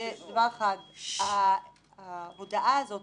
אדוני, דבר אחד: ההודעה הזאת